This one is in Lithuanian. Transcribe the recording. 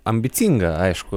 ambicinga aišku